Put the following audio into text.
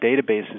databases